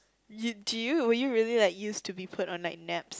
you do were you really like used to be put on like naps